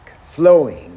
flowing